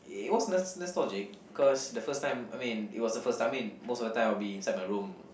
it was nos~ nostalgic because the first time I mean it was a first time I mean most of the time I will be inside my room